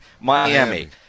Miami